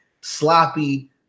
sloppy